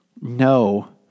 no